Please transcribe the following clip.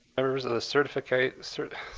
members of the certificated sort of